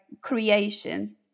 creation